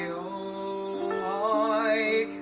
oh why